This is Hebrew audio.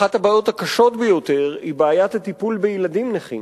אחת הבעיות הקשות ביותר היא בעיית הטיפול בילדים נכים.